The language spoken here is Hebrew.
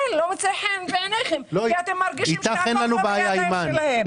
כי אתם מרגישים שהכוח לא נמצא בידיים שלכם.